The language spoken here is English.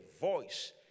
voice